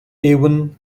avon